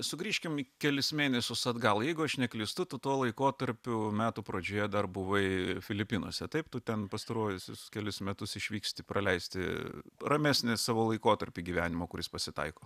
sugrįžkim į kelis mėnesius atgal jeigu aš neklystu tu tuo laikotarpiu metų pradžioje dar buvai filipinuose taip tu ten pastaruosius kelis metus išvyksti praleisti ramesnį savo laikotarpį gyvenimo kuris pasitaiko